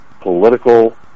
political